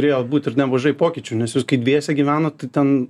turėjo būti ir nemažai pokyčių nes jūs kai dviese gyvenot tai ten